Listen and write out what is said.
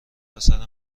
پسر